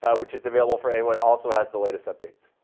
which is available for anyone, also has the latest updates.